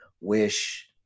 wish